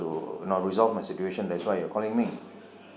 to you know resolve my situation that's why you are calling me